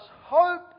hope